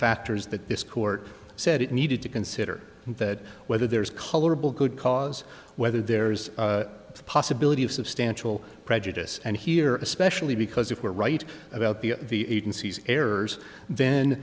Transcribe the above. factors that this court said it needed to consider that whether there's colorable could cause whether there's the possibility of substantial prejudice and here especially because if we're right about the the agencies errors then